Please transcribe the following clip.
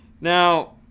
now